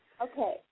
Okay